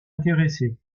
intéressé